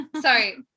Sorry